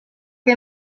que